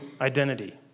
identity